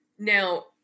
Now